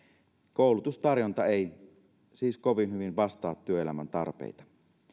koulutustarjonta ei siis kovin hyvin vastaa työelämän tarpeita